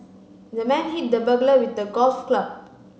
the man hit the burglar with the golf club